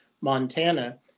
Montana